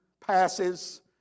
passes